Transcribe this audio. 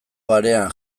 barean